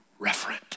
referent